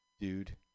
Dude